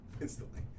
Instantly